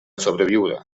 sobreviure